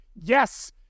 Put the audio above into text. yes